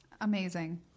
Amazing